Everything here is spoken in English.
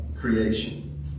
creation